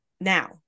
now